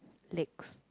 legs